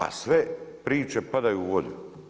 A sve priče padaju u vodu.